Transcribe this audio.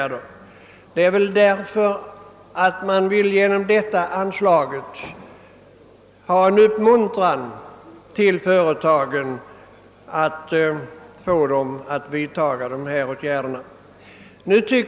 Anslaget är därför avsett som en uppmuntran till företagen att vidta åtgärder.